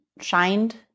shined